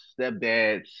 stepdads